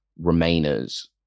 Remainers